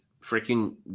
Freaking